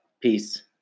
Peace